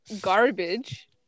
garbage